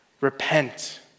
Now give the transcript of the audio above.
repent